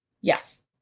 Yes